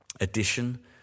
addition